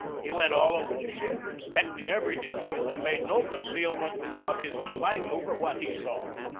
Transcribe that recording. he went all over the ship, inspecting every detail, and made no concealment of his delight over what he saw.